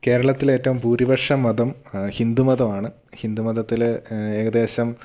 കേരളത്തിലെ ഏറ്റവും ഭൂരിപക്ഷ മതം ഹിന്ദുമതമാണ് ഹിന്ദുമതത്തില് ഏകദേശം